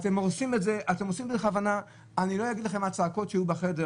אני רק אדייק את העניין הזה,